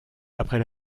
après